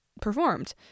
performed